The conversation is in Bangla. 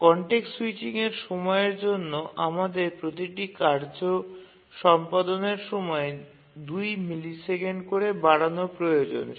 কনটেক্সট স্যুইচিংয়ের সময়ের জন্য আমাদের প্রতিটি কার্য সম্পাদনের সময় ২ মিলিসেকেন্ড করে বাড়ানো প্রয়োজন হয়